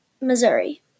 Missouri